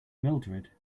mildrid